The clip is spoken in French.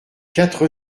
quatre